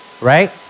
right